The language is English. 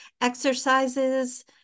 exercises